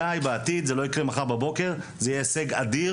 גיא זה לא יקרה מחר בבוקר זה יהיה הישג אדיר.